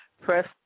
Press